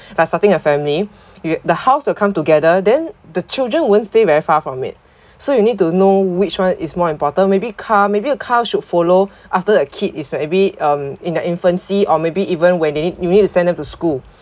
by starting a family y~ the house will come together then the children won't stay very far from it so you need to know which one is more important maybe car maybe a car should follow after a kid is the maybe um in the infancy or maybe even when you need you need to send them to school